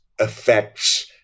affects